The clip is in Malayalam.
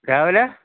രാവിലെ